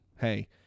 hey